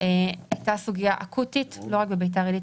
הייתה סוגיה אקוטית לא רק בביתר עילית